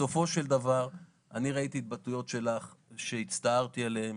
בסופו של דבר אני ראיתי התבטאויות שלך שהצטערתי עליהן.